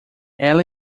ela